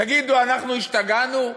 תגידו, אנחנו השתגענו?